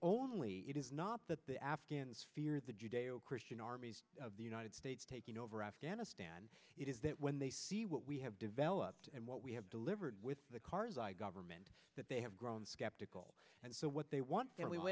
it is not that the afghans fear the judeo christian armies of the united states taking over afghanistan it is that when they see what we have developed and what we have delivered with the karzai government that they have grown skeptical and so what they want then we w